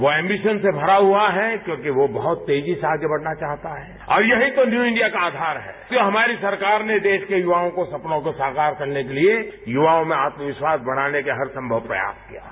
वो एंबीशन से भरा हआ है क्योंकि वो बहत तेजी से आगे बढ़ना चाहता है और यही तो न्यू इंडिया का आधार है जो हमारी सरकार ने देश के यवाओं के सपनों को साकार करने के लिए युवाओं में आत्म विश्वास बढ़ाने का हर संभव प्रयास किया है